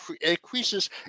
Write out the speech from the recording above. increases